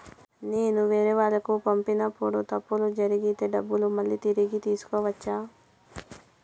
నేను వేరేవాళ్లకు పంపినప్పుడు తప్పులు జరిగితే డబ్బులు మళ్ళీ తిరిగి తీసుకోవచ్చా?